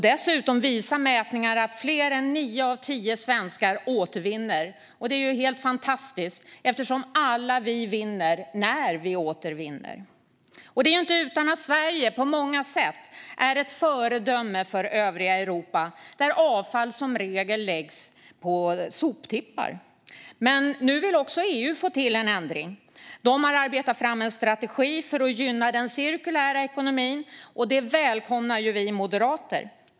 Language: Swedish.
Dessutom visar mätningar att fler än nio av tio svenskar återvinner. Det är helt fantastiskt, eftersom alla vinner när vi återvinner. Det är inte utan att Sverige på många sätt är ett föredöme för övriga Europa, där avfall som regel läggs på soptippar. Men nu vill också EU få till en ändring. De har arbetat fram en strategi för att gynna den cirkulära ekonomin, och det välkomnar vi moderater.